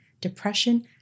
depression